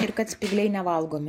ir kad spygliai nevalgomi